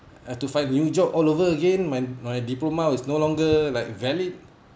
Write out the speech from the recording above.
I have to find a new job all over again my my diploma is no longer like valid